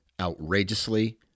Outrageously